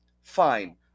fine